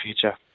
future